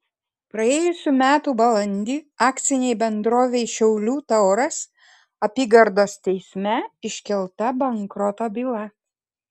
praėjusių metų balandį akcinei bendrovei šiaulių tauras apygardos teisme iškelta bankroto byla